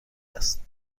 است